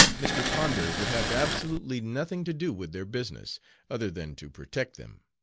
mr. ponder would have absolutely nothing to do with their business other than to protect them.